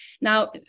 Now